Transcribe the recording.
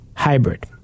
hybrid